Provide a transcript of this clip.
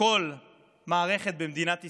כל מערכת במדינת ישראל,